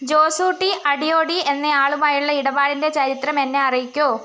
ജോസൂട്ടി അടിയോടി എന്നയാളുമായുള്ള ഇടപാടിൻ്റെ ചരിത്രം എന്നെ അറിയിക്കോ